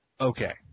okay